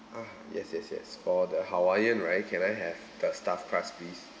ah yes yes yes for the hawaiian right can I have stuffed crust please